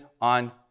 on